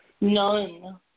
None